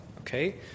Okay